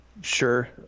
sure